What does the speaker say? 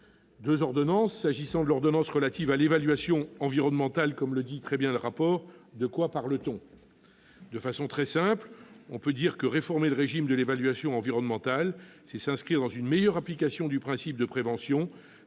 nationale. S'agissant de l'ordonnance relative à l'évaluation environnementale, je reprends la question que posent très bien les auteurs du rapport : de quoi parle-t-on ? De façon très simple, on peut dire que réformer le régime de l'évaluation environnementale, c'est s'inscrire dans une meilleure application du principe de prévention,